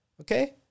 Okay